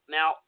Now